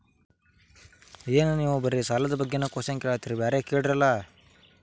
ನಾ ಇಬ್ಬರಿಗೆ ಜಾಮಿನ್ ಕರ್ಕೊಂಡ್ ಬಂದ್ರ ಸಾಲ ಕೊಡ್ತೇರಿ?